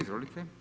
Izvolite.